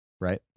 right